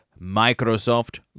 Microsoft